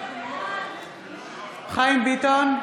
חיים ביטון,